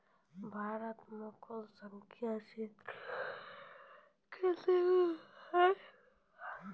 भारत मे कुल संचित क्षेत्र कितने हैं?